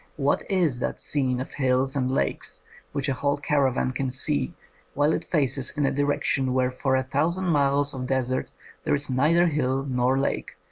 what is that scene of hills and lakes which a whole cara van can see while it faces in a direction where for a thousand miles of desert there is neither hill nor lake,